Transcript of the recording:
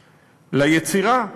ליצירה: